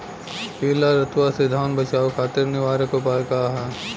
पीला रतुआ से धान बचावे खातिर निवारक उपाय का ह?